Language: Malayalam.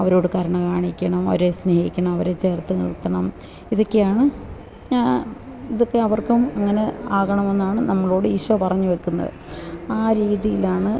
അവരോട് കരുണ കാണിക്കണം അവരെ സ്നേഹിക്കണം അവരെ ചേർത്തു നിർത്തണം ഇതൊക്കെയാണ് ഞാൻ ഇതൊക്കെ അവർക്കും അങ്ങനെ ആകണം എന്നാണ് നമ്മളോട് ഈശോ പറഞ്ഞുവെക്കുന്നത് ആ രീതിയിലാണ്